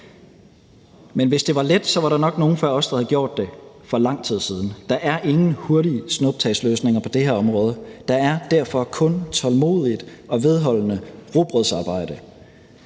Men hvis det var let, var der nok nogen før os, der havde gjort det for lang tid siden. Der er ingen hurtige snuptagsløsninger på det her område; der er derfor kun tålmodigt og vedholdende rugbrødsarbejde.